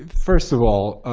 first of all,